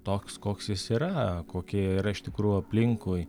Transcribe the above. toks koks jis yra kokie yra iš tikrųjų aplinkui